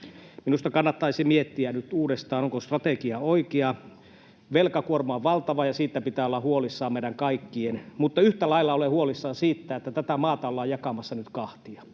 Minusta kannattaisi miettiä nyt uudestaan, onko strategia oikea. Velkakuorma on valtava, ja siitä pitää olla huolissaan meidän kaikkien, mutta yhtä lailla olen huolissani siitä, että tätä maata ollaan jakamassa nyt kahtia.